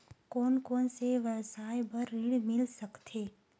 कोन कोन से व्यवसाय बर ऋण मिल सकथे?